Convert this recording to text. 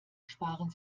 sparen